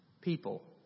people